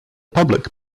public